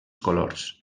colors